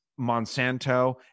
Monsanto